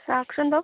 চাওকচোন বাৰু